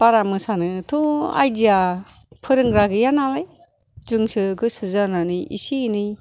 बारा मोसानोथ' आयडिया फोरोंग्रा गैया नालाय जोंसो गोसो जानानै एसे एनै